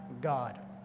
God